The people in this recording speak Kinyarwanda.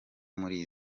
muri